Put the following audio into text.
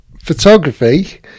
photography